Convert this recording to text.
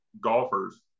golfers